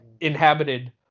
inhabited